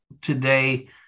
today